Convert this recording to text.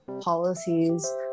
policies